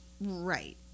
Right